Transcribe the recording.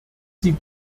sie